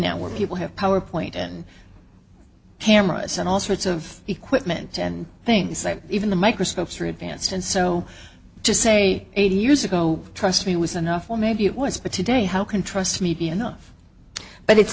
now where people have power point and cameras and all sorts of equipment and things like even the microscopes are advanced and so just say eighty years ago trust me was enough or maybe it was but today how can trust me be enough but it's